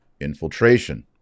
Infiltration